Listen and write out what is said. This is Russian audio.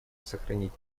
сохранить